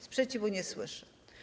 Sprzeciwu nie słyszę.